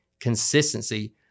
consistency